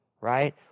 right